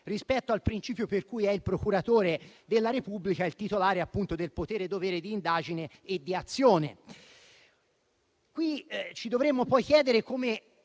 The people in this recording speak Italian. rispetto al principio per cui è il procuratore della Repubblica il titolare del potere-dovere d'indagine e di azione. Ci dovremmo poi chiedere come